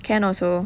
can also